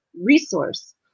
resource